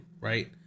Right